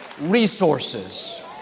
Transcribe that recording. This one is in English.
resources